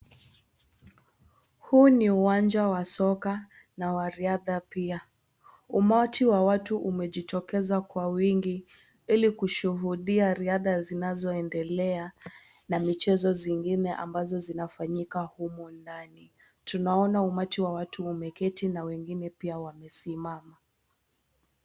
Huu ni uwanja wa soka na wa riadha pia, umati wa watu umejitokeza kwa wingi ili kushuhudia riadha zinazoendelea na michezo zingine ambazo zinafanyika humu ndani, tunaona umati wa watu wameketi na wengine pia wamesimama.